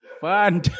fun